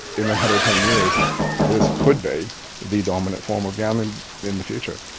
in another ten years this could be the dominant form of gambling in the future.